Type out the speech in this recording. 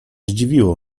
zdziwiło